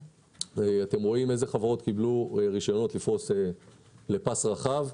אתם רואים איזה חברות קיבלו רישיונות לפרוס פס רחב.